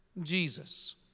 Jesus